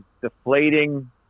deflating